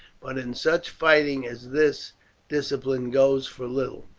but in such fighting as this discipline goes for little.